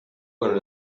con